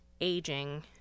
aging